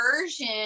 version